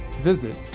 visit